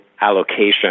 allocation